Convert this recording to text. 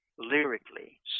Lyrically